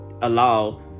allow